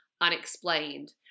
unexplained